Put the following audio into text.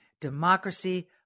democracy